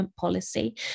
Policy